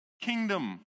kingdom